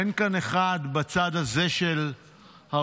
אין כאן אחד בצד הזה של האולם,